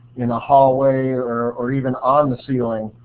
in the hallway or or even on the ceiling.